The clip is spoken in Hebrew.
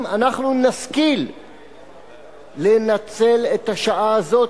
אם אנחנו נשכיל לנצל את השעה הזאת,